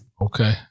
Okay